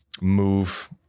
move